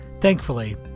Thankfully